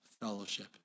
fellowship